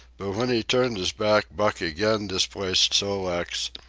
but when he turned his back buck again displaced sol-leks,